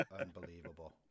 Unbelievable